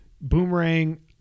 Boomerang